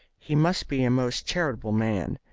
he must be a most charitable man.